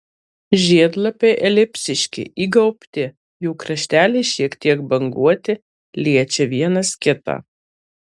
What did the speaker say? žiedlapiai elipsiški įgaubti jų krašteliai šiek tiek banguoti liečia vienas kitą